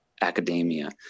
academia